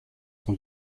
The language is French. son